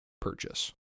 purchase